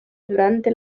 durante